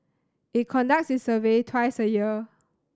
it conducts its survey twice a year